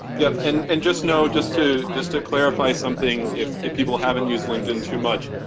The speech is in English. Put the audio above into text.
yep and and just know, just to just to clarify something if if people haven't used linkedin too much,